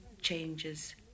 changes